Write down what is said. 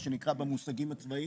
כמו שזה נקרא במושגים הצבאיים,